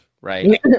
right